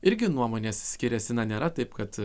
irgi nuomonės skiriasi na nėra taip kad